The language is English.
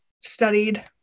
studied